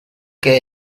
que